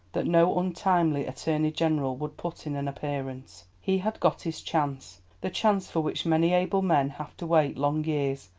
that no untimely attorney-general would put in an appearance. he had got his chance, the chance for which many able men have to wait long years,